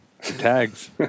Tags